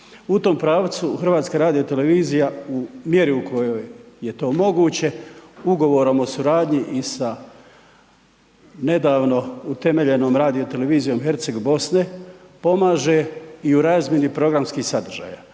U tom pravcu HRT u mjeri u kojoj je to moguće ugovorom o suradnji i sa nedavno utemeljenom radio televizijom Herceg Bosne pomaže i u razmjeni programskih sadržaja.